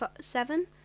seven